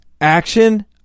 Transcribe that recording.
action